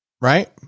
Right